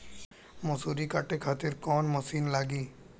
मसूरी काटे खातिर कोवन मसिन लागी?